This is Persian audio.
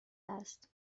است